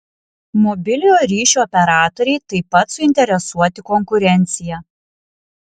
mobiliojo ryšio operatoriai taip pat suinteresuoti konkurencija